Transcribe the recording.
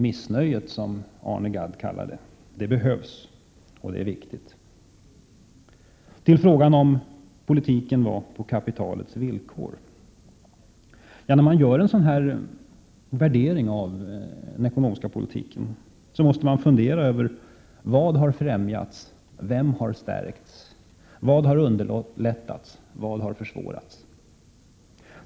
Det som Arne Gadd kallar missnöje behövs verkligen, och det är riktigt. Till frågan huruvida politiken skett på kapitalets villkor: När man gör en värdering av den ekonomiska politiken måste man fundera över vad som har främjats, vad som har stärkts, vad som har underlättats och vad har försvårats.